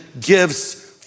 gifts